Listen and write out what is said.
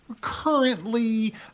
currently